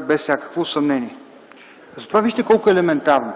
без всякакво съмнение. Затова вижте колко е елементарно